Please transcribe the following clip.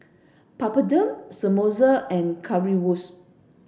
Papadum Samosa and Currywurst